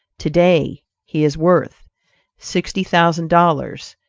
to-day he is worth sixty thousand dollars,